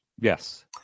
Yes